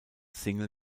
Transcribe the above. single